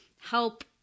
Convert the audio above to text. help